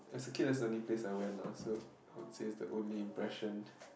as a kid it's the only place I went lah so I would say it's the only impression